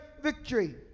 victory